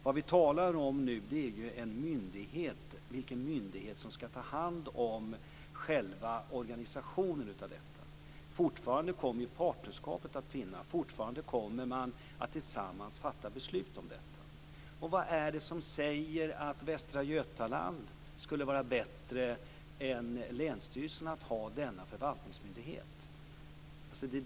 Vad vi talar om nu är vilken myndighet som ska ta hand om själva organisationen av detta. Fortfarande kommer partnerskapet att finnas. Fortfarande kommer man att tillsammans fatta beslut om detta. Och vad är det som säger att Västra Götaland skulle vara bättre än länsstyrelsen på att ha denna förvaltningsmyndighet?